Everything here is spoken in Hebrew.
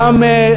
גם,